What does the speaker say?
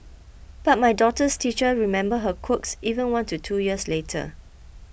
but my daughter's teachers remember her quirks even one to two years later